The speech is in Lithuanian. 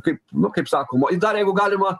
kaip nu kaip sakoma į dar jeigu galima